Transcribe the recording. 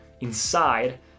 inside